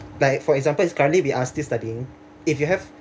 like for example is currently we are still studying if you have